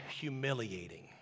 humiliating